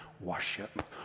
worship